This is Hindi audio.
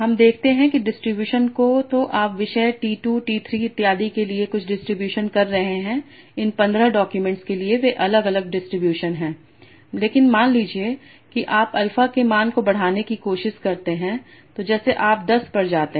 हम देखते हैं डिस्ट्रीब्यूशन को तो आप विषय t 2 t 3 इत्यादि के लिए कुछ डिस्ट्रीब्यूशन कर रहे हैं इन 15 डाक्यूमेंट्स के लिए वे अलग अलग डिस्ट्रीब्यूशन हैं लेकिन मान लीजिए कि आप अल्फा के मान को बढ़ाने की कोशिश करते हैं तो जैसे आप 10 पर जाते हैं